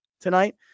tonight